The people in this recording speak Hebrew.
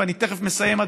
ואני תכף מסיים,